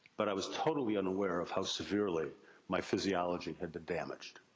but, i was totally unaware of how severely my physiology had been damaged.